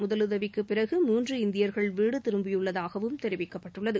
முதலுதவிக்கு பிறகு மூன்று இந்தியர்கள் வீடு திரும்பியுள்ளதாகவும் தெரிவிக்கப்பட்டுள்ளது